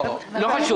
לא חשוב.